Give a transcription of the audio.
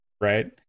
right